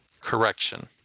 Correction